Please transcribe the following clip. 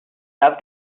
love